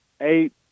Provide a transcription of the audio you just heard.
eight